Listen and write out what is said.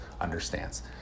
understands